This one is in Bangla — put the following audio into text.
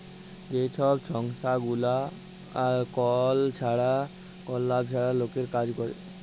যে ছব সংস্থাগুলা কল লাভ ছাড়া লকের কাজ ক্যরে